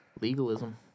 legalism